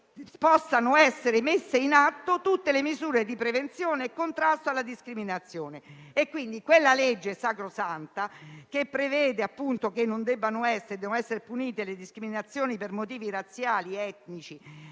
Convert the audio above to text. possano essere messe in atto tutte le misure di prevenzione e contrasto alla discriminazione. Pertanto, le disposizioni di quella legge sacrosanta che prevede che debbano essere punite le discriminazioni per motivi razziali, etnici,